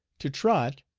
to trot,